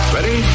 Ready